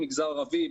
מגזר ערבי,